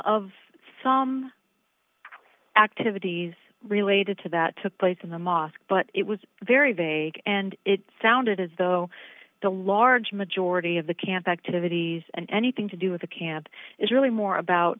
of some activities related to that took place in the mosque but it was very vague and it sounded as though the large majority of the camp activities and anything to do with the camp is really more about